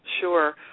Sure